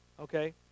Okay